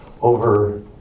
over